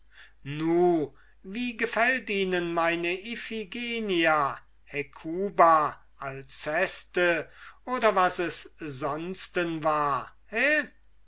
wie gefällt ihnen meine iphigenia hekuba alcestis oder was es sonsten war